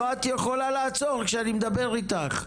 לא, את יכולה לעצור כשאני מדבר איתך.